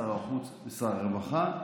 שר החוץ ושר הרווחה,